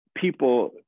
people